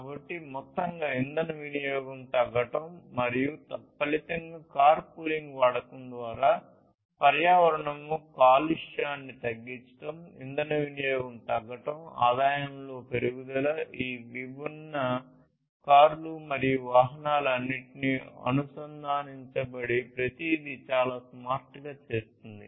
కాబట్టి మొత్తంగా ఇంధన వినియోగం తగ్గడం మరియు తత్ఫలితంగా కార్ పూలింగ్ వాడకం ద్వారా పర్యావరణంలో కాలుష్యాన్ని తగ్గించడం ఇంధన వినియోగం తగ్గడం ఆదాయంలో పెరుగుదల ఈ విభిన్న కార్లు మరియు వాహనాలన్నీ అనుసంధానించబడి ప్రతిదీ చాలా స్మార్ట్ గా చేస్తుంది